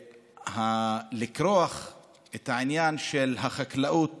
לכרוך את העניין של החקלאות